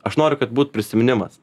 aš noriu kad būtų prisiminimas